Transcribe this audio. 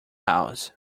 house